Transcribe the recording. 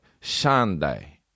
Sunday